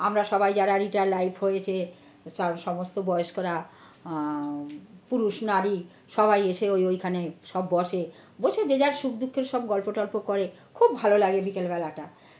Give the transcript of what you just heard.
আমরা সবাই যারা রিটায়ার লাইফ হয়েছে তারা সমস্ত বয়স্করা পুরুষ নারী সবাই এসে ওই ওইখানে সব বসে বসে যে যার সুখ দুঃখের সব গল্প টল্প করে খুব ভালো লাগে বিকেলবেলাটা